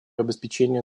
обеспечения